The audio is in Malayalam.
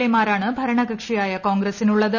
എമാരാണ് ഭരണകക്ഷിയായ കോൺഗ്രസിനുള്ളത്